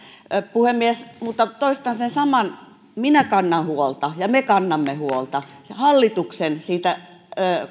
puhemies mutta toistan sen saman minä kannan huolta ja me kannamme huolta hallituksen siitä